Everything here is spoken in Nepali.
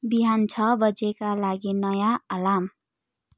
बिहान छ बजीका लागि नयाँ अलार्म